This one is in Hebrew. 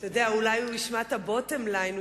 אנחנו יודעים שאותן נשים לא תוכלנה לקבל,